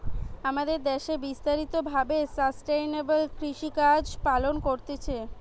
আমাদের দ্যাশে বিস্তারিত ভাবে সাস্টেইনেবল কৃষিকাজ পালন করতিছে